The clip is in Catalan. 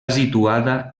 situada